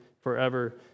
forever